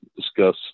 discuss